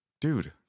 Dude